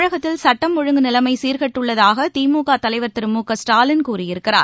தமிழகத்தில் சுட்டம் ஒழுங்கு நிலைமைசீர்கெட்டுள்ளதாகதிமுகதலைவர் திரு மு க ல்டாலின் கூறியிருக்கிறார்